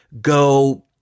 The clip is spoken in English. go